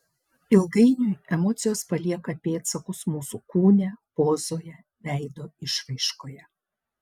ilgainiui emocijos palieka pėdsakus mūsų kūne pozoje veido išraiškoje